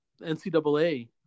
NCAA